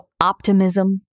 optimism